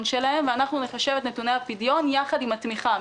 שלהם ואנחנו נחשב את נתוני הפדיון ביחד עם התמיכה.